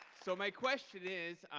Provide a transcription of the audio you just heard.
so my question is,